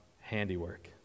handiwork